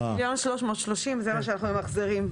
מיליון 330 זה מה שאנחנו ממחזרים.